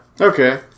okay